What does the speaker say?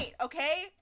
okay